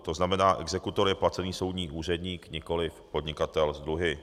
To znamená, exekutor je placený soudní úředník, nikoliv podnikatel s dluhy.